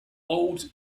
old